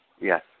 Yes